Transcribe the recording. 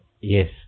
yes